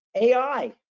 AI